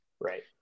Right